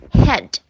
head